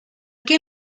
què